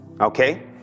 okay